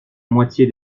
moitié